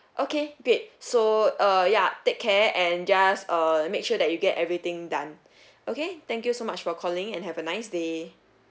okay great so uh ya take care and just uh make sure that you get everything done okay thank you so much for calling and have a nice day